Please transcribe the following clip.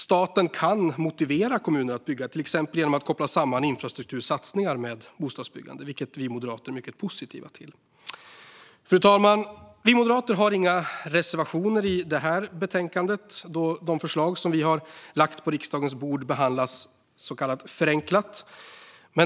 Staten kan motivera kommuner att bygga, till exempel genom att koppla samman infrastruktursatsningar med bostadsbyggande, vilket vi moderater är mycket positiva till. Fru talman! Vi moderater har inga reservationer i betänkandet, då de förslag som vi har lagt på riksdagens bord behandlas så kallat förenklat.